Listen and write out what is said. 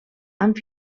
amb